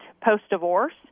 post-divorce